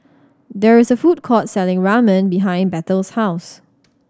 there is a food court selling Ramen behind Bethel's house